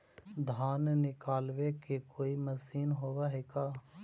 धान निकालबे के कोई मशीन होब है का?